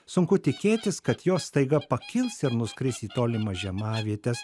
sunku tikėtis kad jos staiga pakils ir nuskris į tolimas žiemavietes